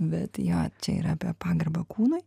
bet jo čia yra apie pagarbą kūnui